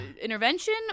intervention